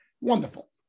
Wonderful